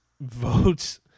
votes